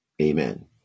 Amen